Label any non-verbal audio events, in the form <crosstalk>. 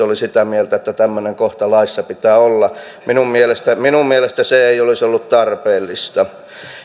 <unintelligible> oli sitä mieltä että tämmöinen kohta laissa pitää olla minun mielestäni se ei olisi ollut tarpeellista